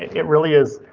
it really is.